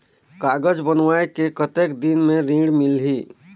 कागज बनवाय के कतेक दिन मे ऋण मिलही?